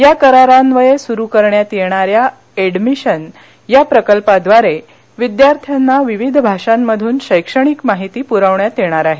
या करारान्वये सुरू करण्यात येणाऱ्या एडमिशन या प्रकल्पाद्वारे विद्यार्थ्यांना विविध भाषामधून शैक्षणिक माहिती पुरविण्यात येणार आहे